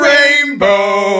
Rainbow